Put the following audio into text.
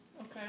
Okay